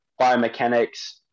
biomechanics